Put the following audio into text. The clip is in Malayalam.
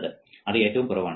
അത് ഏറ്റവും കുറവാണ്